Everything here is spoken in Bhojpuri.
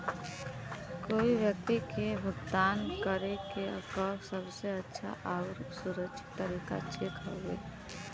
कोई व्यक्ति के भुगतान करे क सबसे अच्छा आउर सुरक्षित तरीका चेक हउवे